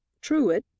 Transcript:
Truitt